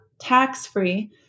tax-free